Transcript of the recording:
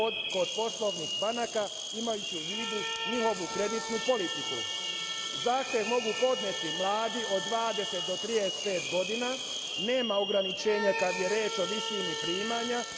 kod poslovnih banaka imajući u vidu njihovu kreditnu politiku. Zahteve mogu podneti mladi od 20 do 35 godina, nema ograničenja kada je reč o visini primanja,